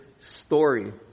story